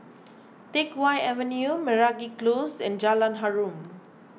Teck Whye Avenue Meragi Close and Jalan Harum